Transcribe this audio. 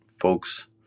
folks